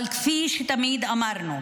אבל כפי שתמיד אמרנו: